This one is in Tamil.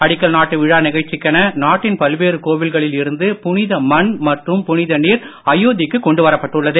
அடிக்கல் நாட்டு விழா நிகழ்ச்சிக்கென நாட்டின் பல்வேறு கோவில்களில் இருந்து புனித மண் மற்றும் புனித நீர் அயோத்திக்கு கொண்டு வரப்பட்டுள்ளது